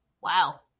Wow